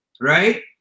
right